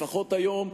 לפחות היום,